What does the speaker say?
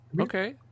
Okay